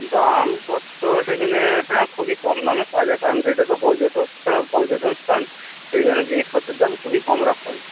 দামপত্র সেখানে হ্যাঁ খুবই কম দামে পাওয়া যায় কারণ সেটা তো পর্যটক স্থান পর্যটন স্থান সেই জন্যে জিনিসপত্রের দাম খুবই কম রাখা হয়